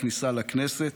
בכניסה לכנסת,